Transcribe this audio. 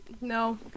No